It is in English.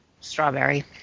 Strawberry